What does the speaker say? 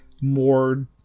more